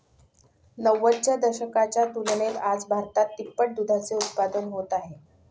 नव्वदच्या दशकाच्या तुलनेत आज भारतात तिप्पट दुधाचे उत्पादन होत आहे